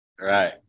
Right